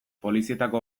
polizietako